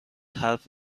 حرف